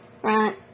front